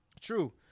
True